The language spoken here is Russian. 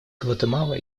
гватемалы